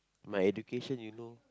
my education you know